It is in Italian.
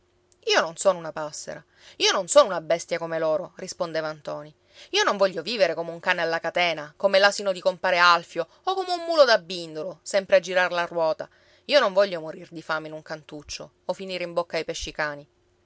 io non sono una passera io non sono una bestia come loro rispondeva ntoni io non voglio vivere come un cane alla catena come l'asino di compare alfio o come un mulo da bindolo sempre a girar la ruota io non voglio morir di fame in un cantuccio o finire in bocca ai pescicani